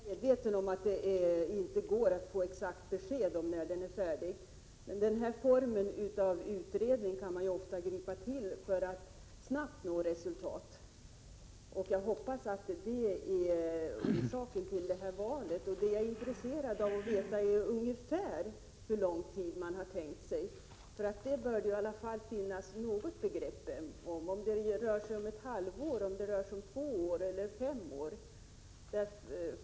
Herr talman! Jag är väl medveten om att det inte går att få ett exakt besked om när beredningsarbetet skall vara färdigt, men den här formen av utredning kan man ofta gripa till för att snabbt nå resultat. Jag hoppas att det är orsaken till valet av beredningsmetod. Vad jag är intresserad av att veta är ungefär hur lång tid man har tänkt sig att arbetet skall ta. Detta bör det i alla fall finnas något begrepp om, alltså om det rör sig om ett halvår, om två år eller om fem år.